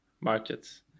markets